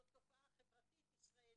זו תופעה חברתית ישראלית,